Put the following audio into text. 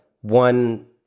one